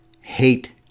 hate